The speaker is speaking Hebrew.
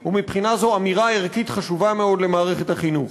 הוא מבחינה זו אמירה ערכית חשובה מאוד למערכת החינוך.